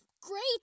great